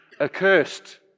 accursed